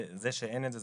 זה שאין את זה,